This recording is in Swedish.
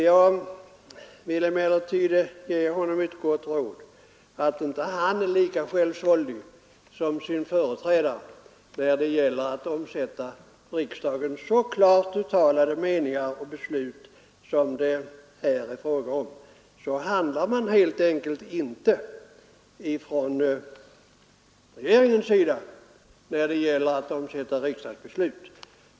Jag vill emellertid ge honom ett gott råd: att inte vara lika självsvåldig som sin företrädare när det gäller att omsätta så klart uttalade meningar och beslut från riksdagen som det här är fråga om. Så handlar regeringen helt enkelt inte.